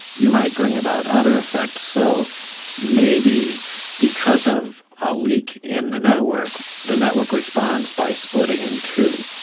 you might bring about other effects, so maybe because of a leak in the network, the network responds by splitting in two.